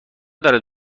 دارد